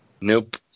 Nope